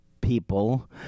people